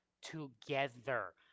together